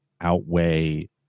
outweigh